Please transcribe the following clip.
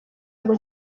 ngo